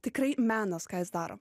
tikrai menas ką jis daro